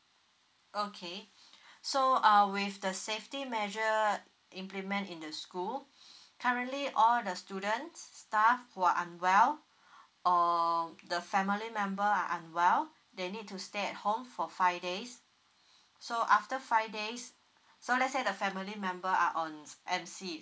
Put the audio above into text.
okay so uh with the safety measure implement into school currently all the students staff who are unwell or the family member are unwell they need to stay at home for five days so after five days so let's say the family member are on M_C